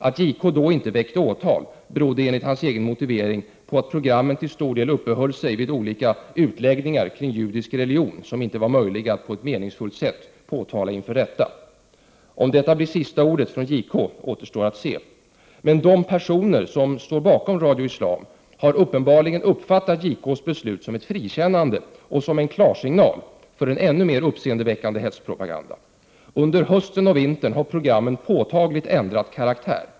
Att JK inte väckte åtal berodde enligt hans egen motivering på att programmen till stor del uppehöll sig vid olika utläggningar kring judisk religion, som inte var möjliga att på ett meningsfullt sätt påtala inför rätta. Om detta blir sista ordet från JK återstår att se. Men de personer som står bakom Radio Islam har uppenbarligen uppfattat JK:s beslut som ett frikännande och som en klarsignal för en ännu mer uppseendeväckande hetspropaganda. Under hösten och vintern har programmen påtagligt ändrat karaktär.